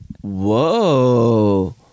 Whoa